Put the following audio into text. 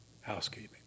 housekeeping